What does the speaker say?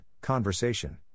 conversation